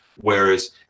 Whereas